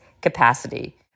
capacity